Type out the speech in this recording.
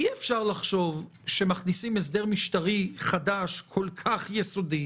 אי אפשר לחשוב שמכניסים הסדר משטרי חדש כל כך יסודי